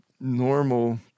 normal